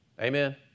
Amen